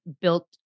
built